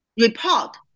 report